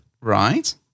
Right